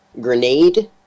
grenade